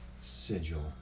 Sigil